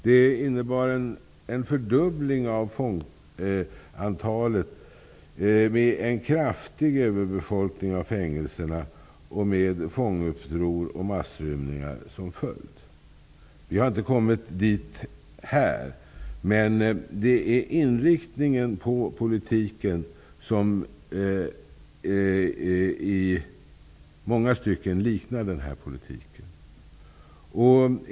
Den innebar en fördubbling av antalet fångar, med en kraftig överbefolkning av fängelserna och med fånguppror och massrymningar som följd. Vi har inte kommit dit, men det är inriktningen på politiken som i många stycken liknar nämnda politik.